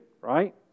right